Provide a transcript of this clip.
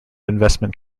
investment